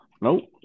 Nope